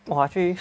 !wah! actually